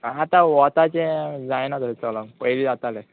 आतां वताचें जायना थंय चलोक पयलीं जातालें